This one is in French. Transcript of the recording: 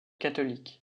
catholique